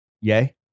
Yay